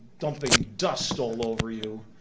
dumping dust all over you,